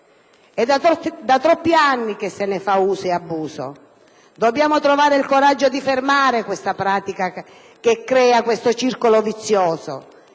È da troppi anni che se ne fa uso e abuso. Dobbiamo trovare il coraggio di fermare una pratica che crea un circolo vizioso.